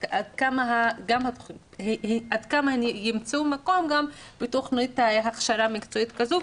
אז עד כמה הן ימצאו מקום גם בתוכנית הכשרה מקצועית כזו?